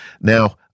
now